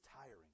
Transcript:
tiring